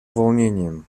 волнением